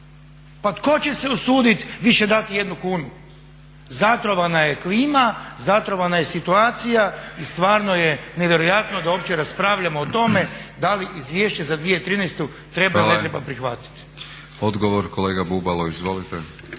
Pa tko će se usuditi više dati jednu kunu. Zatrovana je klima, zatrovana je situacija i stvarno je nevjerojatno da opće raspravljamo o tome da li izvješće za 2013.treba ili ne treba prihvatiti. **Batinić,